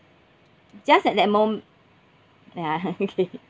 just at that mom~ ya okay